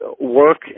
work